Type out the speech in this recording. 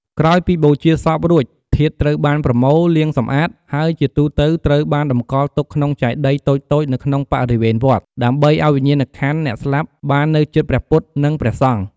ក្រោយពីបូជាសពរួច ធាតុត្រូវបានប្រមូល លាងសម្អាត ហើយជាទូទៅត្រូវបានតម្កល់ទុកក្នុងចេតិយតូចៗនៅក្នុងបរិវេណវត្ត ដើម្បីឱ្យវិញ្ញាណក្ខន្ធអ្នកស្លាប់បាននៅជិតព្រះពុទ្ធ និងព្រះសង្ឃ។